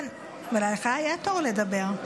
לך היה תור לדבר.